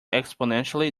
exponentially